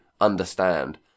understand